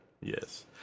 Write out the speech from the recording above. Yes